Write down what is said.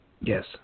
Yes